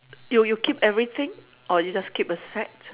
you you keep everything or you just keep a set